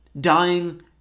Dying